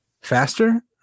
faster